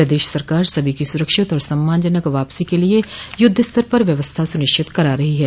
प्रदेश सरकार सभी की सुरक्षित और सम्मानजनक वापसी के लिए युद्ध स्तर पर व्यवस्था सुनिश्चित करा रही है